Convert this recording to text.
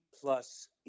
plus